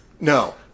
No